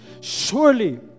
surely